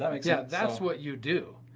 um yeah that's what you do,